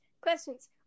questions